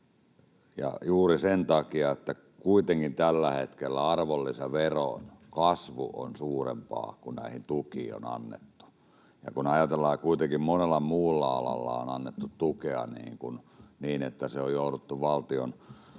ja juuri sen takia, että kuitenkin tällä hetkellä arvonlisäveron kasvu on suurempaa kuin se, mitä näihin tukiin on annettu. Ja kun ajatellaan, että kuitenkin monella muulla alalla on annettu tukea niin, että on jouduttu tekemään